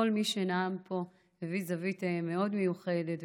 כל מי שנאם פה הביא זווית מאוד מיוחדת,